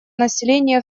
населения